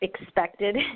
expected